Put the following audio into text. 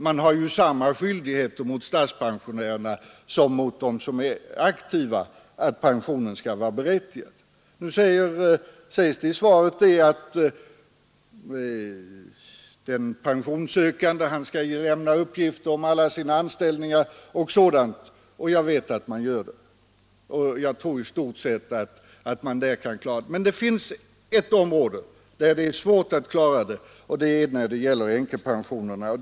Staten har ju samma skyldighet mot sina pensionärer som mot de aktiva att betala ut den pension som vederbörande är berättigad till. Nu sägs det i svaret att den pensionssökande skall lämna uppgifter om alla sina anställningar osv., och jag vet att så sker. Jag tror att man där i stort sett kan klara upp saken. Men det finns ett område där det är svårt att klara den, och det är när det gäller änkepensionerna.